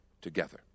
together